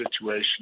situation